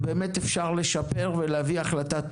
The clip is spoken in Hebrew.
אפשר באמת לשפר ולהביא להחלטה טובה.